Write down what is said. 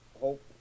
hope